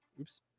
oops